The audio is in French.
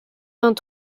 vingt